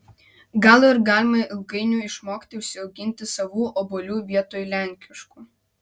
gal ir galima ilgainiui išmokti užsiauginti savų obuolių vietoj lenkiškų